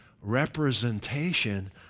representation